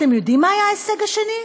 אתם יודעים מה היה ההישג השני?